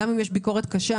גם אם יש ביקורת קשה,